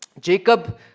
Jacob